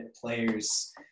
players